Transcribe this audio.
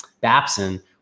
Babson –